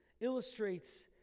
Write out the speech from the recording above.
illustrates